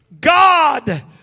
God